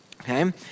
Okay